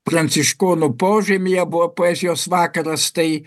pranciškonų požemyje buvo poezijos vakaras tai